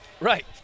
Right